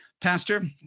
pastor